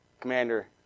commander